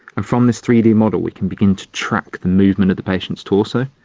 and from this three d model we can begin to track the movement of the patient's torso,